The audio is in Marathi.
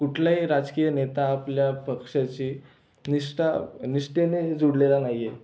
कुठलाही राजकीय नेता आपल्या पक्षाशी निष्ठा निष्ठेने जोडलेला नाही आहे